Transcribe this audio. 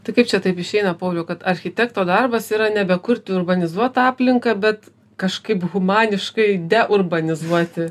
tai kaip čia taip išeina kad architekto darbas yra nebekurti urbanizuotą aplinką bet kažkaip humaniškai deurbanizuoti